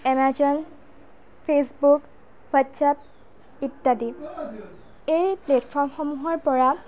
Amazon Facebook WhatsApp ইত্যাদি এই প্লেটফৰ্মসমূহৰ পৰা